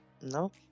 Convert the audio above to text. no